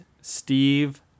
Steve